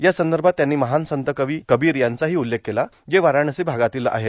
या संदभात त्यांनी महान संत कवी कबीर यांचाही उल्लेख केला जे वाराणसी भागातील आहेत